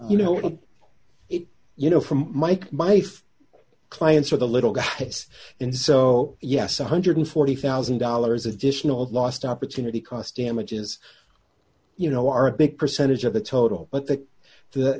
you know to it you know from mike my clients or the little guys and so yes one hundred and forty thousand dollars additional lost opportunity cost damages you know are a big percentage of the total but that th